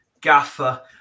gaffer